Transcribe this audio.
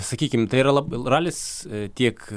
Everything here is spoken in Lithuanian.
sakykim tai yra la ralis tiek